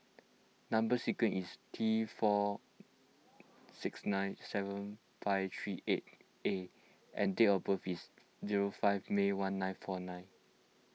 Number Sequence is T four six nine seven five three eight A and date of birth is zero five May one nine four nine